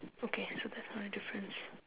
okay so that's one difference